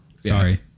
Sorry